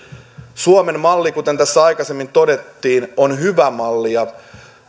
suomen malli kuten tässä aikaisemmin todettiin on hyvä malli ja